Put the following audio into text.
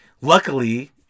luckily